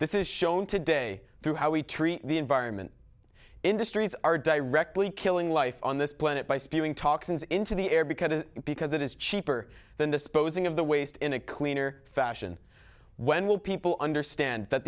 this is shown today through how we treat the environment industries are directly killing life on this planet by spewing toxins into the air because because it is cheaper than disposing of the waste in a cleaner fashion when will people understand that